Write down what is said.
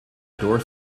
door